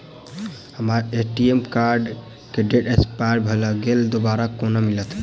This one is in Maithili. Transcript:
हम्मर ए.टी.एम कार्ड केँ डेट एक्सपायर भऽ गेल दोबारा कोना मिलत?